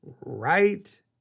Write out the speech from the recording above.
right